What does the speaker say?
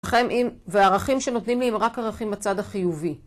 והערכים שנותנים לי הם רק ערכים בצד החיובי